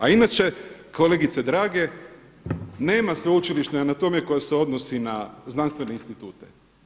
A inače kolegice drage, nema sveučilišne anatomije koja se odnosi na znanstvene institute.